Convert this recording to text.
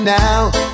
now